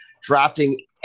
drafting